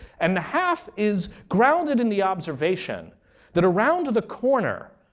and the half is grounded in the observation that around the corner,